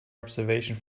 observation